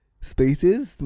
spaces